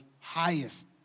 highest